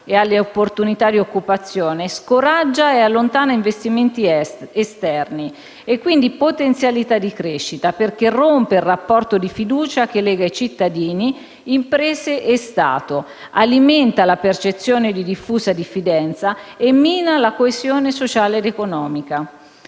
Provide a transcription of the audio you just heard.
e alle opportunità di occupazione, scoraggia e allontana investimenti esterni e quindi potenzialità di crescita, perché rompe il rapporto di fiducia che lega cittadini, imprese e Stato, alimenta la percezione di diffusa diffidenza, mina la coesione sociale ed economica.